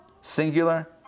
Singular